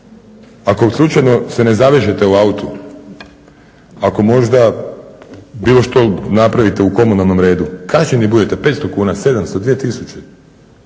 Ako se slučajno ne zavežete u autu, ako možda bilo što napravite u komunalnom redu, kažnjeni budete, 500 kuna, 700, 2000,